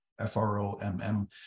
F-R-O-M-M